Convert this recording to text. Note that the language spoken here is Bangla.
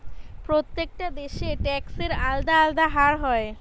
প্রত্যেকটা দেশে ট্যাক্সের আলদা আলদা হার হয়